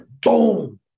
boom